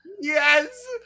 Yes